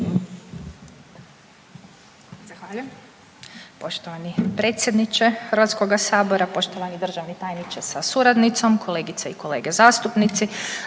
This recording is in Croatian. Zahvaljujem.